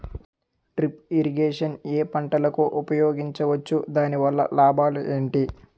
Drip irrigation ఏ పంటలకు ఉపయోగించవచ్చు? దాని వల్ల లాభాలు ఏంటి?